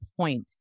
point